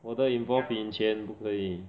我的 involved in 钱不可以